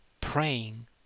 praying